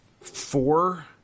four